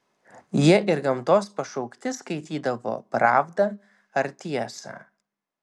jie ir gamtos pašaukti skaitydavo pravdą ar tiesą